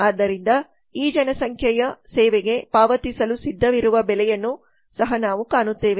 ಆದ್ದರಿಂದ ಈ ಜನಸಂಖ್ಯೆಯು ಸೇವೆಗೆ ಪಾವತಿಸಲು ಸಿದ್ಧವಿರುವ ಬೆಲೆಯನ್ನು ಸಹ ನಾವು ಕಾಣುತ್ತೇವೆ